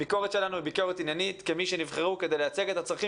הביקורת שלנו היא ביקורת עניינית כמי שנבחרו כדי לייצג את הצרכים